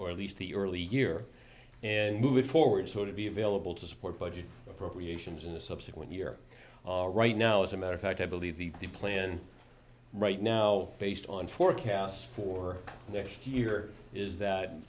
or at least the early year and moving forward so to be available to support budget appropriations in the subsequent year right now as a matter of fact i believe the the plan right now based on forecast for next year is that